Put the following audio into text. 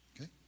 okay